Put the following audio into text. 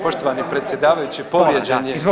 Poštovani predsjedavajući, povrijeđen je…